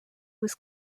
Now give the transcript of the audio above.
was